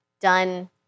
done